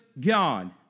God